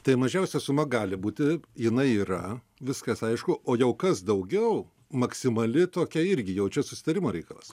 tai mažiausia suma gali būti jinai yra viskas aišku o jau kas daugiau maksimali tokia irgi jau čia susitarimo reikalas